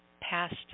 past